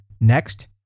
Next